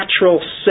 natural